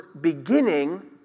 beginning